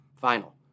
final